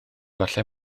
falle